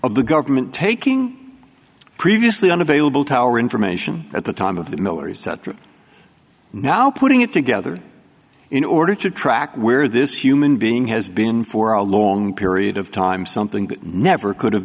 of the government taking previously unavailable to our information at the time of the millers the trip now putting it together in order to track where this human being has been for a long period of time something that never could have